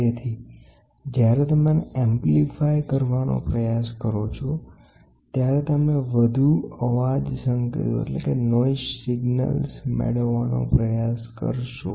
તેથી જ્યારે તમે આને વધારવાનો પ્રયાસ કરો છો ત્યારે તમે વધુ અવાજના સંકેતો મેળવવાનો પ્રયાસ કરશો